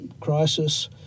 crisis